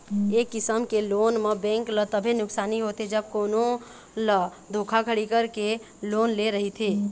ए किसम के लोन म बेंक ल तभे नुकसानी होथे जब कोनो ह धोखाघड़ी करके लोन ले रहिथे